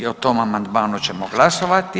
I o tom amandmanu ćemo glasovati.